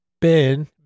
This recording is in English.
Ben